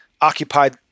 occupied